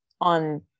on